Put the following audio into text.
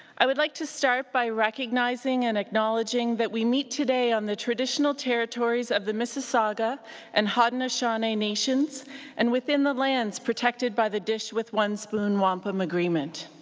i would like to start by recognizing and acknowledging that we meet today on the traditional territories of the mississauga and haudenosaunee nations and within the lands protected by the dish with one spoon wampum agreement.